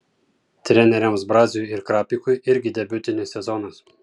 treneriams braziui ir krapikui irgi debiutinis sezonas